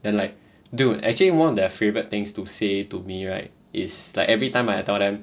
then like dude actually one of their favorite things to say to me right is like every time I tell them